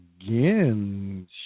again